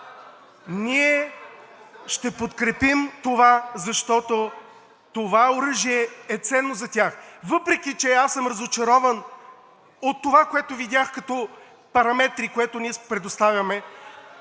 Ние ще подкрепим това, защото това оръжие е ценно за тях, въпреки че съм разочарован от това, което видях като параметри, което ние предоставяме,